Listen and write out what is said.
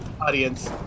Audience